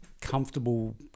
comfortable